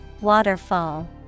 Waterfall